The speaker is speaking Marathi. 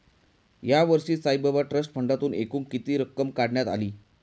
यावर्षी साईबाबा ट्रस्ट फंडातून एकूण किती रक्कम काढण्यात आली?